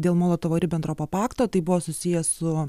dėl molotovo ribentropo pakto tai buvo susiję su